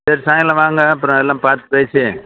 சரி சாயங்காலம் வாங்க அப்பறம் எல்லாம் பார்த்து பேசி